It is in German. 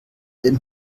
den